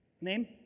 name